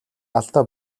алдаа